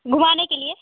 घुमाने के लिए